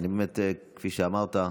אני באמת, כפי שאמרת,